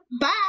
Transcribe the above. Bye